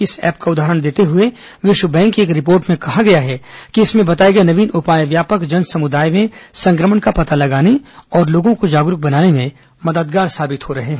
इस ऐप का उदाहरण देते हुए विश्व बैंक की एक रिपोर्ट में कहा गया है कि इसमें बताए गए नवीन उपाय व्यापक जन समुदाय में संक्रमण का पता लगाने और लोगों को जागरूक बनाने में मददगार हैं